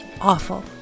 Awful